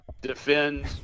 defend